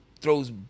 throws